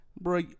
Bro